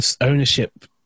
ownership